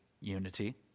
unity